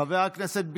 חבר הכנסת ביטון,